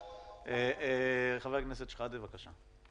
חבר הכנסת שחאדה, בבקשה.